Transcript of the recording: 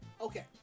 Okay